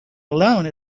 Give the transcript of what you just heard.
alone